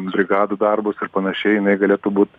brigadų darbus ir panašiai jinai galėtų būt